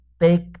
take